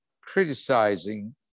criticizing